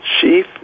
chief